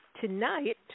Tonight